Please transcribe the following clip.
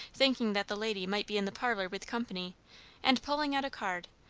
thinking that the lady might be in the parlor with company and pulling out a card,